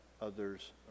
others